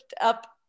up